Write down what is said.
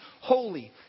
holy